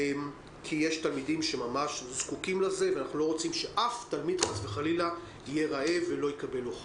אנחנו לא רוצים שאף תלמיד יהיה רעב ולא יקבל אוכל.